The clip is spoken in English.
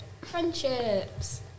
Friendships